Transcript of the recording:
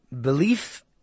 Belief